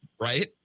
Right